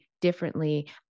differently